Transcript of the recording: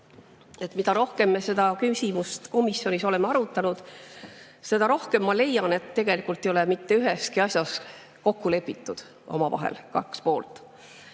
Mida rohkem me seda küsimust komisjonis oleme arutanud, seda rohkem ma leian, et tegelikult ei ole mitte üheski asjas kaks poolt omavahel kokku